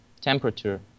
temperature